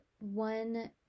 one